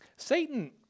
Satan